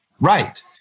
right